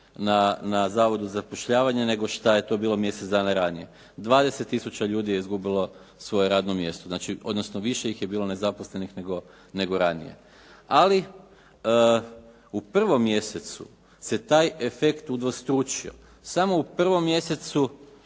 na Zavodu za zapošljavanje nego što je to bilo mjesec dana ranije. 20 tisuća ljudi je izgubilo svoje radno mjesto, odnosno više ih je bilo nezaposlenih nego ranije. Ali u prvom mjesecu se taj efekt udvostručio. Samo u 1. mjesecu